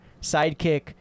sidekick